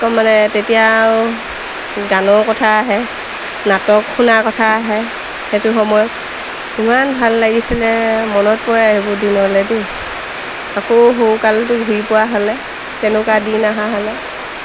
একদম মানে তেতিয়া আৰু গানৰ কথা আহে নাটক শুনাৰ কথা আহে সেইটো সময় ইমান ভাল লাগিছিলে মনত পৰে সেইবোৰ দিনলৈ দেই আকৌ সৰুকালতো ঘূৰি পোৱা হ'লে তেনেকুৱা দিন আহা হ'লে